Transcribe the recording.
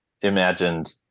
imagined